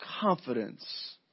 confidence